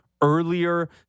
earlier